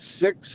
six